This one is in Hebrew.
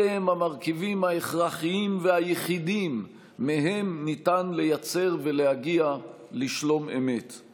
אלה המרכיבים ההכרחיים והיחידים שמהם ניתן לייצר שלום אמת ולהגיע אליו.